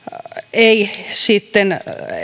ei